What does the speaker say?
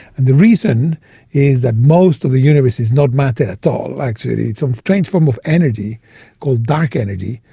and the reason is that most of the universe is not matter at all actually, it's a um strange form of energy called dark energy,